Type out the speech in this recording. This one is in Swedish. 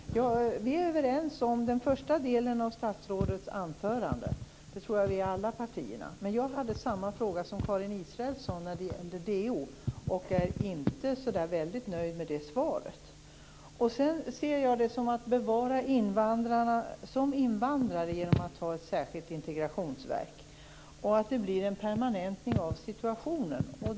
Fru talman! Vi är överens när det gäller den första delen av statsrådets anförande. Det tror jag gäller alla partier. Men jag hade samma fråga som Karin Israelsson när det gällde DO. Jag är inte så väldigt nöjd med svaret. Jag ser det som att man bevarar invandrarna som invandrare genom att man har ett särskilt integrationsverk. Det blir en permanentning av situationen.